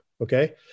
Okay